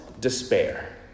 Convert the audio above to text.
despair